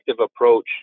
approach